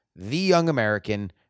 theyoungamerican